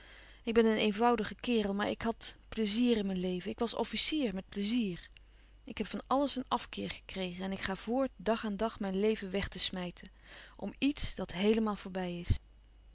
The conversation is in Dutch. ik ben een eenvoudige kerel maar ik had pleizier in mijn leven ik was officier met pleizier ik heb van alles een afkeer gekregen en ik ga voort dag aan dag mijn leven weg te smijten om iets dat heelemaal voorbij is